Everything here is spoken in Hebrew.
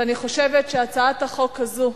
ואני חושבת שהצעת החוק הזאת,